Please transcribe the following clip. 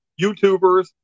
youtubers